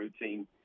routine